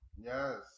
yes